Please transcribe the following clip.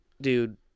dude